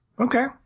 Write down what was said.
Okay